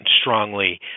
strongly